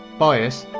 bias,